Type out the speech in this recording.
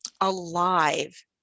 alive